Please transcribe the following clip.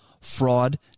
fraud